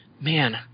man